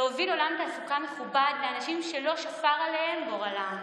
להוביל עולם תעסוקה מכובד לאנשים שלא שפר עליהם גורלם.